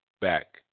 back